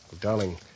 Darling